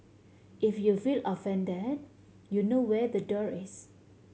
if you feel offended you know where the door is